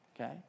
okay